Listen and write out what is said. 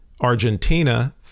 Argentina